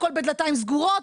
הכול בדלתיים סגורות,